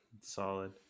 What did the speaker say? Solid